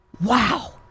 Wow